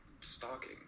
stalking